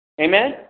Amen